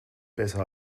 besser